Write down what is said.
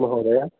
महोदय